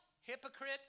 Hypocrite